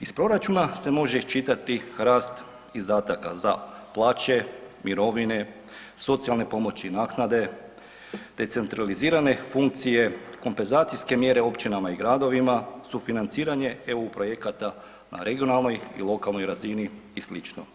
Iz proračuna se može iščitati rast izdataka za plaće, mirovine, socijalne pomoći i naknade te centralizirane funkcije, kompenzacijske mjere općinama i gradovima, sufinanciranje EU projekata na regionalnoj i lokalnoj razini i sl.